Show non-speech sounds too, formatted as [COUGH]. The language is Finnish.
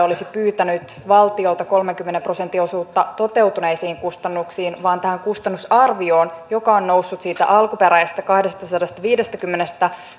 [UNINTELLIGIBLE] olisi pyytänyt valtiolta kolmenkymmenen prosentin osuutta toteutuneisiin kustannuksiin vaan tähän kustannusarvioon joka on noussut kahteensataankahdeksaankymmeneenkolmeen miljoonaan siitä alkuperäisestä kahdestasadastaviidestäkymmenestä